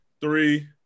three